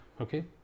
okay